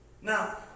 Now